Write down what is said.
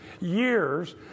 years